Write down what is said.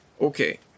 okay